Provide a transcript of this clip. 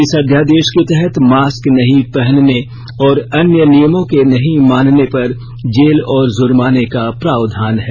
इस अध्यादेश के तहत मास्क नहीं पहने और अन्य नियमों के नहीं मानने पर जेल और जुर्माने का प्रावधान है